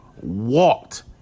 walked